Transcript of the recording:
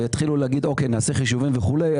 ויתחילו להגיד שנעשה חישובים וכולי,